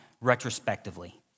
retrospectively